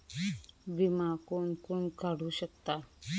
विमा कोण कोण काढू शकता?